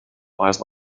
weisen